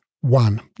One